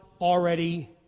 already